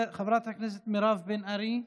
חברת הכנסת מירב בן ארי,